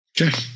Okay